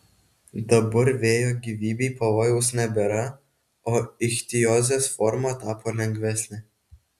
dabar vėjo gyvybei pavojaus nebėra o ichtiozės forma tapo lengvesnė